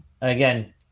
Again